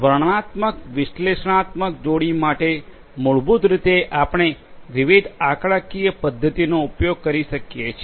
વર્ણનાત્મક વિશ્લેષણાત્મક જોડી માટે મૂળભૂત રીતે આપણે વિવિધ આંકડાકીય પદ્ધતિઓનો ઉપયોગ કરી શકીએ છીએ